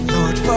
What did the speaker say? Lord